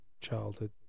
childhood